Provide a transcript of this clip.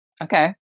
okay